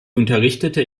unterrichtete